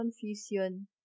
confusion